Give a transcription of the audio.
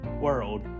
world